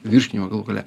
virškinimą galų gale